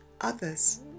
others